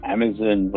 Amazon